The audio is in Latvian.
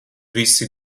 visi